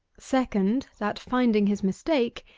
second, that finding his mistake,